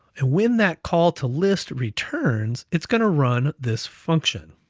and when that call to list returns, it's gonna run this function,